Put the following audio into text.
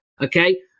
okay